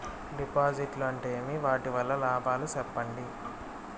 డిపాజిట్లు అంటే ఏమి? వాటి వల్ల లాభాలు సెప్పండి?